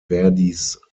verdis